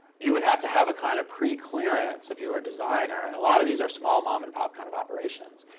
you would have to have a kind of pre-clearance, if you were a designer. and a lot of these are small mom-and-pop kind of operations.